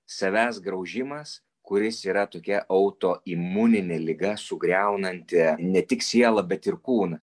savęs graužimas kuris yra tokia autoimuninė liga sugriaunanti ne tik sielą bet ir kūną